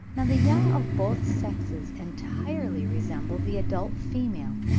now the young of both sexes entirely resemble the adult female,